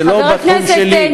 זה לא בתחום שלי.